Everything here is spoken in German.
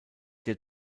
der